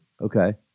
Okay